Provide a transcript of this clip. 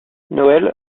noël